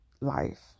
life